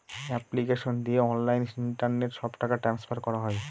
application দিয়ে online internet সব টাকা ট্রান্সফার করা হয়